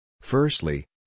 Firstly